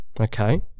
okay